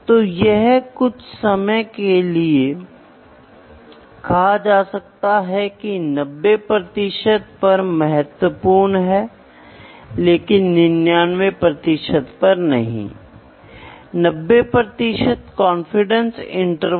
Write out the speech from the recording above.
आधुनिक केंद्रीय power station में टेंपरेचर प्रेशर वाइब्रेशन एंप्लीट्यूड आदि को उचित प्रदर्शन सुनिश्चित करने के लिए माप द्वारा मॉनिटर किया जाता है